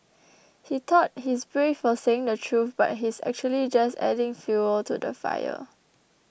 he thought he's brave for saying the truth but he's actually just adding fuel to the fire